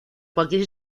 cualquier